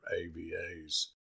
AVAs